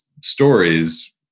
stories